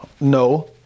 No